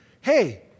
hey